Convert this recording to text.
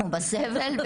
ובסבל.